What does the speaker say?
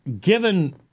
given